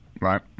right